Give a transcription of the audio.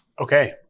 Okay